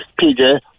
PJ